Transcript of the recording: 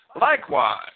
Likewise